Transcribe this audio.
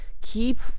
keep